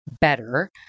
better